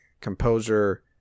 composer